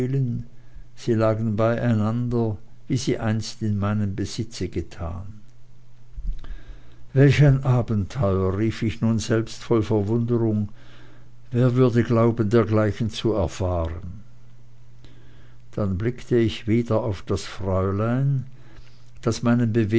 sie lagen beieinander wie sie einst in meinem besitze getan welch ein abenteuer rief ich nun selbst voll verwunderung wer würde glauben dergleichen zu erfahren dann blickte ich wieder auf das fräulein das